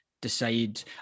decide